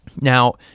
Now